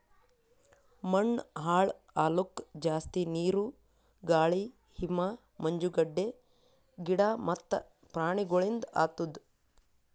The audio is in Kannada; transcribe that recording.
ಮಣ್ಣ ಹಾಳ್ ಆಲುಕ್ ಜಾಸ್ತಿ ನೀರು, ಗಾಳಿ, ಹಿಮ, ಮಂಜುಗಡ್ಡೆ, ಗಿಡ ಮತ್ತ ಪ್ರಾಣಿಗೊಳಿಂದ್ ಆತುದ್